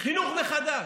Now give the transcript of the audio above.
חינוך מחדש.